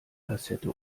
kassette